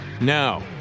Now